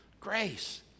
grace